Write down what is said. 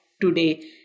today